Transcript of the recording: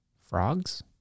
Frogs